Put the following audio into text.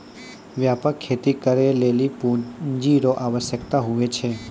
व्यापक खेती करै लेली पूँजी रो आवश्यकता हुवै छै